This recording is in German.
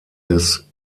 des